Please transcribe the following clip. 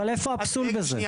אבל איפה הפסול בזה?